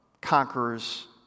conquerors